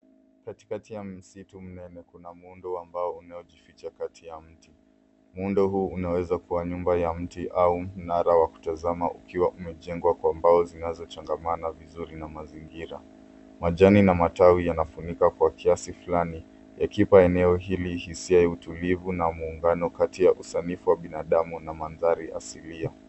Katikati ya msitu mnene kuna muundo ambao unaojificha kati ya mti. Muundo huu unaweza kuwa nyumba ya mti au mnara wa kutazama ukiwa umejengwa kwa mbao zinazochangamana vizuri na mazingira. Majani na matawi yanafunika kwa kiasi fulani, yakipa eneo hili hisia ya utulivu na muungano kati ya usanifu wa binadamu na mandhari asilia.